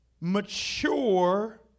mature